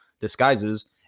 disguises